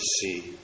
see